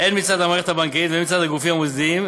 הן מצד המערכת הבנקאית והן מצד הגופים המוסדיים,